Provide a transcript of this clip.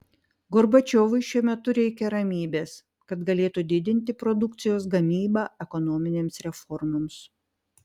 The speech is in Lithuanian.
gorbačiovui šiuo metu reikia ramybės kad galėtų didinti produkcijos gamybą ekonominėms reformoms